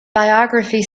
biography